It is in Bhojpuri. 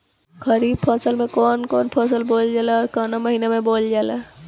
खरिफ में कौन कौं फसल बोवल जाला अउर काउने महीने में बोवेल जाला?